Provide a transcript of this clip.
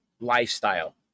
lifestyle